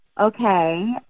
okay